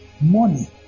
money